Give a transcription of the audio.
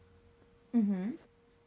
mm